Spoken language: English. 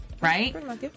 right